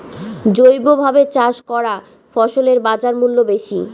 জৈবভাবে চাষ করা ফসলের বাজারমূল্য বেশি